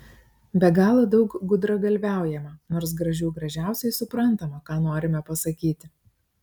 be galo daug gudragalviaujama nors gražių gražiausiai suprantama ką norime pasakyti